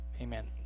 Amen